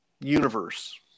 universe